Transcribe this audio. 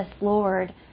Lord